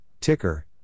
Ticker